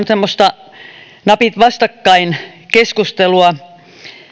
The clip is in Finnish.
semmoista napit vastakkain keskustelua